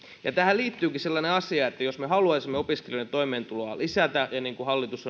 ja tähän liittyykin sellainen asia että jos me haluaisimme opiskelijoiden toimeentuloa lisätä ja kun hallitus